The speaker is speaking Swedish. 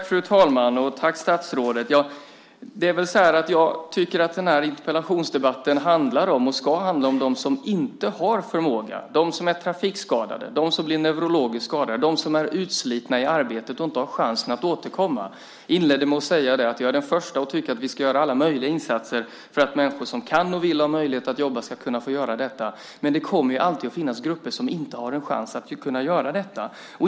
Fru talman! Tack, statsrådet! Jag anser att den här interpellationsdebatten handlar om, och ska handla om, dem som inte har förmåga att jobba - om dem som är trafikskadade, om dem som är neurologiskt skadade och om dem som blivit utslitna i arbetet och som inte har en chans att återkomma i arbete. Jag inledde med att säga att jag är den förste att tycka att vi ska göra alla möjliga insatser för att människor som kan, vill och har möjlighet att jobba ska kunna få göra det. Men det kommer alltid att finnas grupper som inte har en chans att kunna göra det.